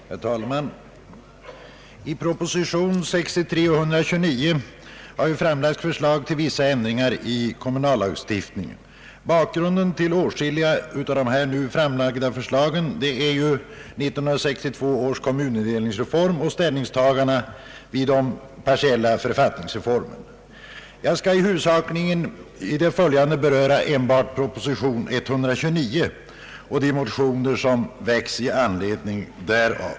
Herr talman! I propositionerna nr 63 och 129 har framlagts förslag till vissa ändringar i kommunallagstiftningen. Bakgrunden till åtskilliga av de nu framlagda förslagen är 1962 års kommunindelningsreform och ställningstagandena vid de partiella författningsreformerna. Jag skall i det följande huvudsakligen beröra proposition nr 129 och de motioner som väckts i anledning därav.